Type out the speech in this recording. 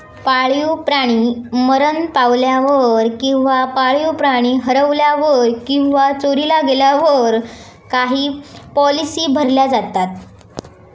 पाळीव प्राणी मरण पावल्यावर किंवा पाळीव प्राणी हरवल्यावर किंवा चोरीला गेल्यावर काही पॉलिसी भरल्या जातत